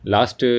Last